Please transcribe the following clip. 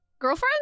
Girlfriend